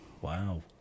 Wow